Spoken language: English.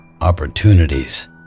opportunities